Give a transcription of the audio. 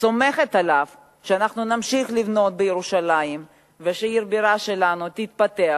סומכת עליו שאנחנו נמשיך לבנות בירושלים ועיר הבירה שלנו תתפתח,